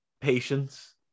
patience